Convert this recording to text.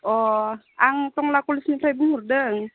अ आं टंला कलेजनिफ्राय बुंहरदों